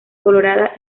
colorada